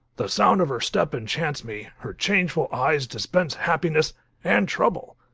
the sound of her step enchants me, her changeful eyes dispense happiness and trouble.